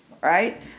Right